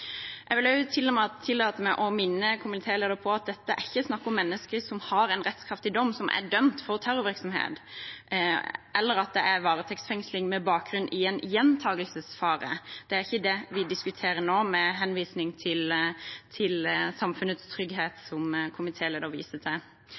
Jeg vil også tillate meg å minne komitélederen på at dette ikke er snakk om mennesker som har en rettskraftig dom, eller som er dømt for terrorvirksomhet, eller at det er varetektsfengsling med bakgrunn i en gjentakelsesfare. Det er ikke det vi diskuterer nå, med henvisning til samfunnets trygghet,